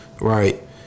Right